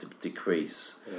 decrease